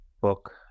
book